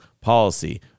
policy